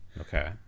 Okay